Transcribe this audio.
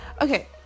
okay